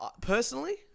Personally